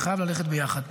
וזה חייב ללכת יחד.